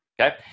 okay